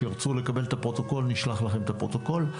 תרצו לקבל את הפרוטוקול נשלח לכם את הפרוטוקול.